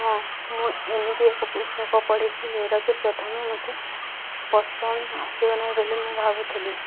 ହଁ ମୁଁ ଏମିତି ଏକ ପୁସ୍ତକ ପଢ଼ିଛିି ଯେଉଁଟାକି ପ୍ରଥମେ ମୋତେ ପସନ୍ଦ ଆସିବ ନାହିଁ ବୋଲି ମୁଁ ଭାବୁଥିଲି